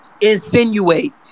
insinuate